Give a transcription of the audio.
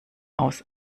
aus